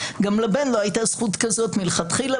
גם לבן לא הייתה זכות כזאת מלכתחילה